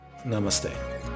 Namaste